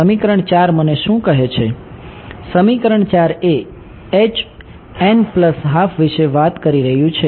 સમીકરણ 4 મને શું કહે છે સમીકરણ 4 એ H n પ્લસ હાફ વિશે વાત કરી રહ્યું છે